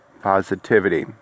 positivity